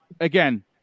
again